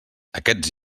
aquests